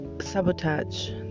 sabotage